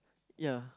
ya